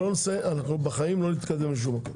אנחנו בחיים לא נתקדם לשום מקום.